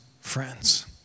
friends